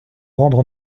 rendre